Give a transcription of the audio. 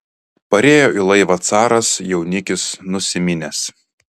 parėjo į laivą caras jaunikis nusiminęs